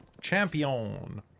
Champion